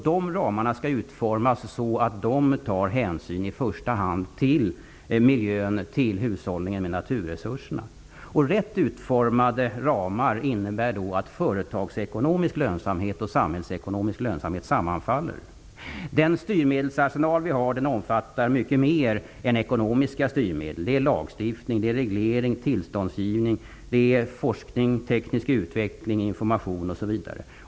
De ramarna skall utformas så, att de i första hand tar hänsyn till miljön och till hushållningen med naturresurserna. Rätt utformade ramar innebär att företagsekonomisk lönsamhet och samhällsekonomisk lönamhet sammanfaller. Den styrmedelsarsenal vi har omfattar mycket mer än ekonomiska styrmedel. Det är lagstiftning, reglering, tillståndsgivning, forskning, teknisk utveckling, information osv.